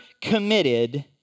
committed